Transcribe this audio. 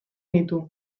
ditu